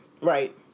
Right